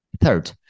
Third